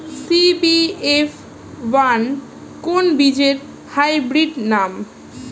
CBF one কোন বীজের hybrid নাম?